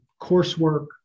coursework